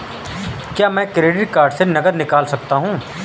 क्या मैं credit card से नकद निकाल सकता हूँ?